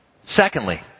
Secondly